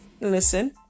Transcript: Listen